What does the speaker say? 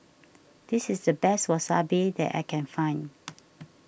this is the best Wasabi that I can find